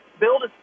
build